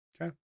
Okay